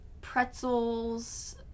pretzels